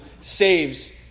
saves